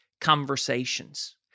conversations